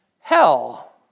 hell